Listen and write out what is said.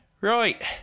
Right